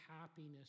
happiness